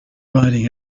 riding